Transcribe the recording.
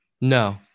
no